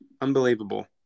Unbelievable